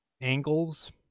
angles